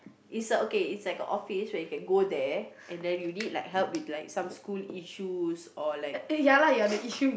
is a okay is like a office where you can go there and then you need like help with like some school issues or like